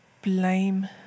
blame